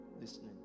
listening